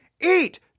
eat